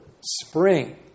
spring